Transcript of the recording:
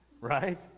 Right